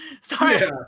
Sorry